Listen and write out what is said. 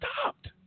stopped